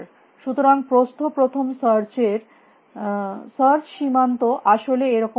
সুতরাং প্রস্থ প্রথম সার্চ এর breadth first search সার্চ সীমান্ত আসলে এরকম দেখতে